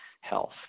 health